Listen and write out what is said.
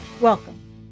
Welcome